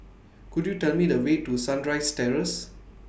Could YOU Tell Me The Way to Sunrise Terrace